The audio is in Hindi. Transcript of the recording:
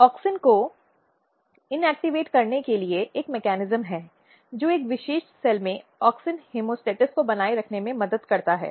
ऑक्सिन को निष्क्रिय करने के लिए एक मेकॅनिज्म है जो एक विशेष सेल में ऑक्सिन होमोस्टेसिस को बनाए रखने में मदद करता है